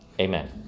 Amen